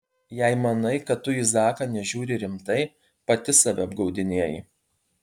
jei manai kad tu į zaką nežiūri rimtai pati save apgaudinėji